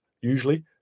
usually